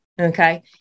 okay